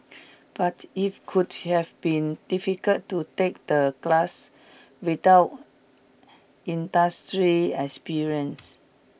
but if could have been difficult to take the class without industry experience